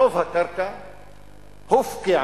רוב הקרקע הופקעה